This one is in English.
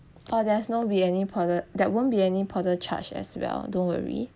oh there's no be any powder that won't be any powder charge as well don't worry